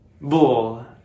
Bull